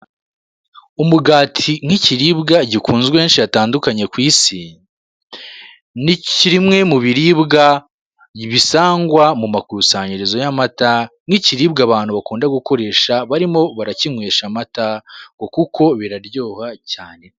Umugati nk'ikiribwa gikunzwe henshi hatandukanye ku isi, ni kimwe mu biribwa bisangwa mu makusanyirizo y'amata, nk'ibiribwa abantu bakunda gukoresha barimo barakinywesha amata, ngo kuko biraryoha cyane.